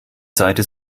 seite